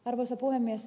arvoisa puhemies